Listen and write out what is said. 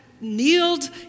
kneeled